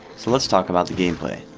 so lets talk about the gameplay.